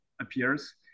appears